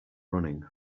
running